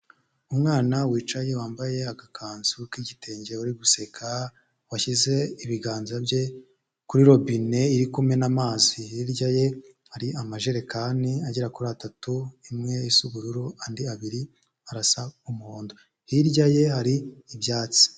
Umwana wicaye wambaye agakanzu k'igitenge uri guseka, washyize ibiganza bye kuri robine iri kumena amazi, hirya ye hari amajerekani agera kuri atatu, imwe isa ubururu andi abiri arasa umuhondo, hirya ye hari ibyatsi.